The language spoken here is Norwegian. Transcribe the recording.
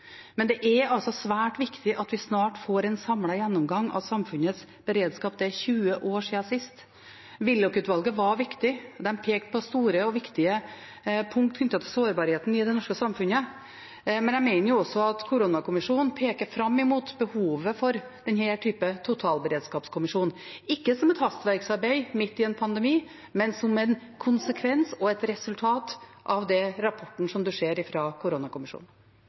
Det er altså svært viktig at vi snart får en samlet gjennomgang av samfunnets beredskap. Det er 20 år siden sist. Willoch-utvalget var viktig. De pekte på store og viktige punkter knyttet til sårbarheten i det norske samfunnet. Men jeg mener at også koronakommisjonen peker fram mot behovet for en slik totalberedskapskommisjon – ikke som et hastverksarbeid midt i en pandemi, men som en konsekvens og et resultat av rapporten fra koronakommisjonen. Jeg ble sitert som